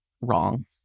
wrong